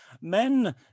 men